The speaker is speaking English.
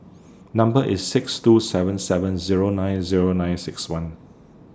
Number IS six two seven seven Zero nine Zero nine six one